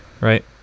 right